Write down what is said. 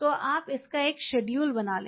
तो आप इसका एक शेड्यूल बना लें